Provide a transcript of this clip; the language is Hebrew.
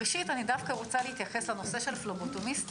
ראשית אני רוצה להתייחס לתפקיד של פבלוטומיסטים,